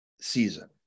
season